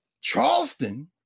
charleston